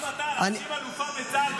גם אתה, להאשים אלופה בצה"ל?